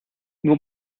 nur